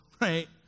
right